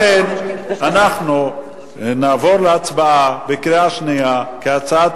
לכן אנחנו נעבור להצבעה בקריאה שנייה כהצעת